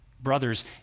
brother's